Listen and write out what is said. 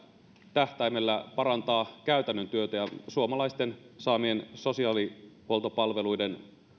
tähtäimellä parantaa käytännön työtä ja suomalaisten saamien sosiaalihuoltopalveluiden